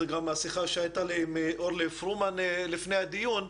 זו גם השיחה שהייתה לי עם אורלי פרומן לפני הדיון,